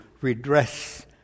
redress